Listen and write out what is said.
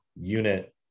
unit